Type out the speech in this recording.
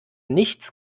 nichts